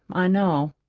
i know.